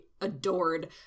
adored